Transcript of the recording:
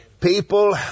People